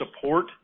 support